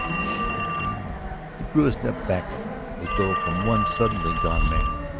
it would be murder. he drew a step back from her as though from one suddenly gone mad.